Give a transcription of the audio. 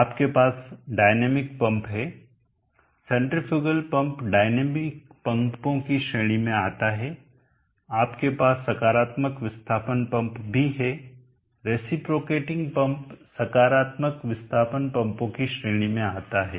आपके पास dynamic pump हैं सेंट्रीफ्यूगल पंप डायनामिक पंपों की श्रेणी में आता है आपके पास सकारात्मक विस्थापन पंप भी हैं रेसीप्रोकेटिंग पंप सकारात्मक विस्थापन पंपों की श्रेणी में आता है